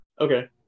Okay